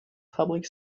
public